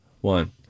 one